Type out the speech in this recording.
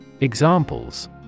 Examples